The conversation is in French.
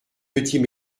petits